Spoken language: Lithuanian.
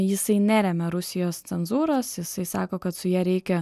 jisai neremia rusijos cenzūros jisai sako kad su ja reikia